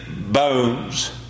bones